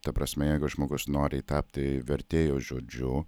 ta prasme jeigu žmogus nori tapti vertėju žodžiu